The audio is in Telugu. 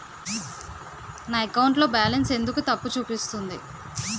నా అకౌంట్ లో బాలన్స్ ఎందుకు తప్పు చూపిస్తుంది?